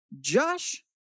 Josh